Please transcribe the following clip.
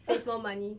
save more money